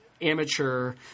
amateur